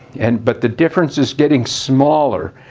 and but the difference is getting smaller.